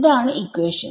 ഇതാണ് ഇക്വേഷൻ